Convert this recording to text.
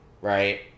Right